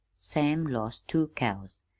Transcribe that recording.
sam lost two cows,